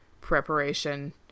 preparation